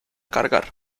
cargar